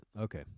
okay